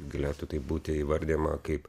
galėtų tai būti įvardijama kaip